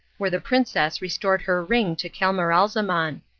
where the princess restored her ring to camaralzaman.